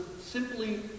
simply